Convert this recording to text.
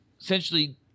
essentially